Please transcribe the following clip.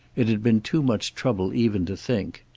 it had been too much trouble even to think.